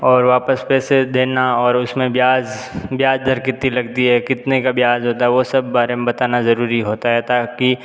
और वापस पैसे देना और उस में ब्याज ब्याज दर कितनी लगती है कितने का ब्याज होता है वो सब बारे में बताना ज़रूरी होता है ताकि